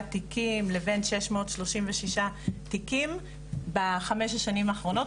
תיקים לבין שש מאות שלושים ושישה תיקים בחמש השנים האחרונות,